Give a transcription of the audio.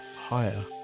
higher